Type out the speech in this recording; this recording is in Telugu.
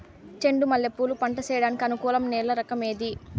చెండు మల్లె పూలు పంట సేయడానికి అనుకూలం నేల రకం ఏది